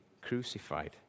crucified